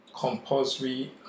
compulsory